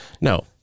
no